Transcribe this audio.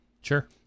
Sure